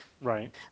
right